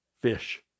fish